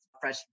fresh